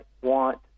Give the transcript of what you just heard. want